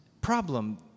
problem